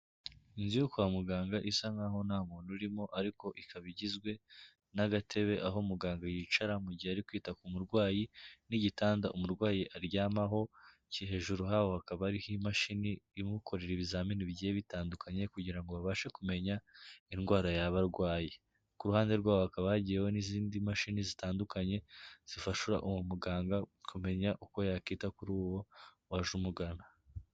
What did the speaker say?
Inzu yo kwa muganga isa nkaho nta muntu urimo ariko ikaba igizwe n'agatebe aho muganga yicara mu gihe ari kwita ku murwayi n'igitanda umurwayi aryamaho, kiri hejuru habo hakaba hari n'imashini imukorera ibizamini bigiye bitandukanye kugira ngo babashe kumenya indwara yaba arwaye, ku ruhande rwabo hakaba hagiyeho n'izindi mashini zitandukanye zifasha uwo muganga kumenya uko yakwita kuri uwo waje umugana.